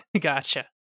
gotcha